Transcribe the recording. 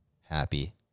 happy